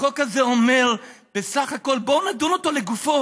החוק הזה אומר בסך הכול, בואו נדון אותו לגופו.